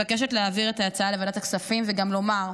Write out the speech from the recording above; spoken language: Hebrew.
אני מבקשת להעביר את ההצעה לוועדת הכספים וגם לומר: